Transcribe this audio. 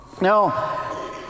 Now